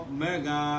mega